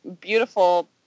beautiful